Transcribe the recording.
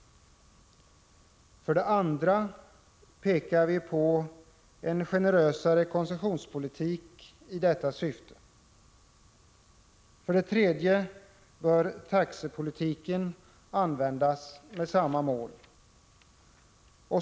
För det andra pekar vi på en generösare koncessionspolitik i detta syfte. För det tredje bör taxepolitiken användas med samma mål.